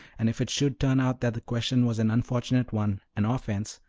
and if it should turn out that the question was an unfortunate one, an offense,